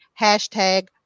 hashtag